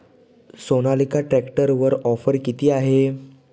सोनालिका ट्रॅक्टरवर ऑफर किती आहे?